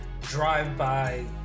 drive-by